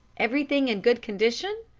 everything in good condition?